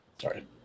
Sorry